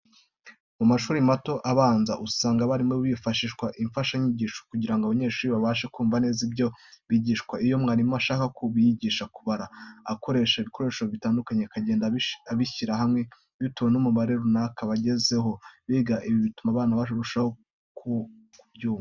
Mu mashuri mato abanza, usanga abarimu bifashisha imfashanyigisho kugira ngo abanyeshuri babashe kumva neza ibyo bigishwa. Iyo mwarimu ashaka kubigisha kubara, akoresha ibikoresho bitandukanye akagenda abishyira hamwe bitewe n'umubare runaka bagezeho biga, ibi bituma abana barushaho ku byumva.